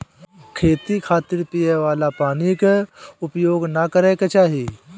खेती खातिर पिए वाला पानी क उपयोग ना करे के चाही